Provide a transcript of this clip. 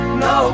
no